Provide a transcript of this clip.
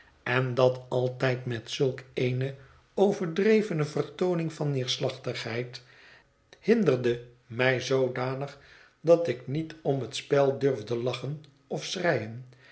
en dat altijd met zulk eene overdrevene vertooning van neerslachtigheid hinderde mij zoodanig dat ik niet om het spel durfde lachen of schreien